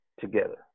together